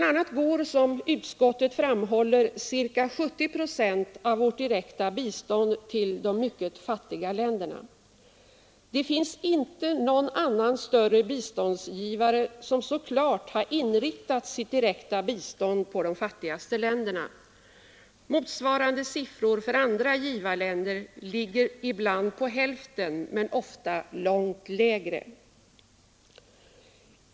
a. går, som utskottet framhåller, ca 70 procent av vårt direkta bistånd till de mycket fattiga länderna. Det finns inte någon annan större biståndsgivare som så klart inriktat sitt direkta bistånd på de fattigaste länderna. Motsvarande siffra för andra givarländer ligger ibland på hälften, men ofta långt lägre.